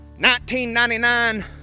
1999